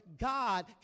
God